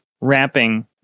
wrapping